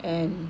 and